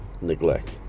neglect